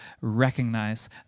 recognize